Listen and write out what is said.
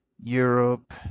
Europe